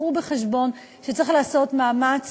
קחו בחשבון שצריך לעשות מאמץ